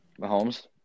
Mahomes